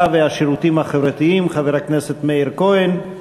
והשירותים החברתיים חבר הכנסת מאיר כהן.